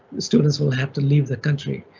students will have to leave the country.